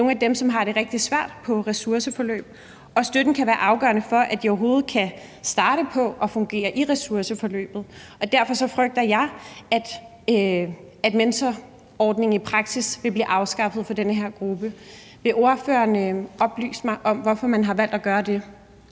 nogle af dem, som har det rigtig svært i ressourceforløb. Og støtten kan være afgørende for, at de overhovedet kan starte på at fungere i ressourceforløbet. Derfor frygter jeg, at mentorordningen i praksis vil blive afskaffet for den her gruppe. Vil ordføreren oplyse mig om, hvorfor man har valgt at gøre det?